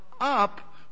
up